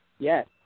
Yes